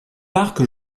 parc